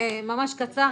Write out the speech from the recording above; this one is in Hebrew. ממש קצר,